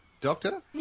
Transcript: Doctor